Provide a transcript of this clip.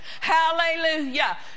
Hallelujah